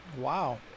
Wow